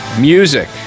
Music